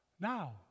now